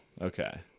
Okay